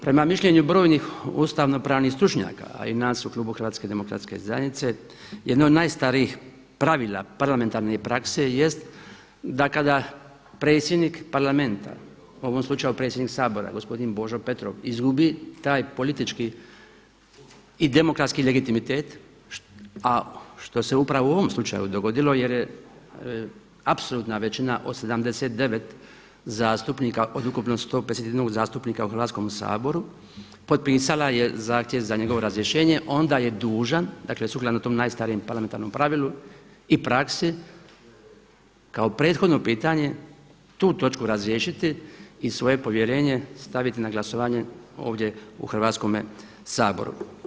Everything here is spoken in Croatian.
Prema mišljenju brojnih ustavno-pravnih stručnjaka, a i nas u klubu Hrvatske demokratske zajednice, jedne od najstarijih pravila parlamentarne prakse jest, da kada predsjednik Parlamenta, u ovom slučaju predsjednik Sabora gospodin Božo Petrov izgubi taj politički i demokratski legitimitet, a što se upravo u ovom slučaju dogodilo jer je apsolutna većina od 79 zastupnika od ukupno 151 zastupnika u Hrvatskom saboru potpisala je zahtjev za njegovo razrješenje, onda je dužan, dakle sukladno tom najstarijem parlamentarnom pravilu i praksi kao prethodno pitanje tu točku razriješiti i svoje povjerenje staviti na glasovanje ovdje u Hrvatskome saboru.